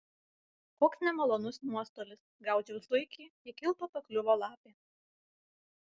koks nemalonus nuostolis gaudžiau zuikį į kilpą pakliuvo lapė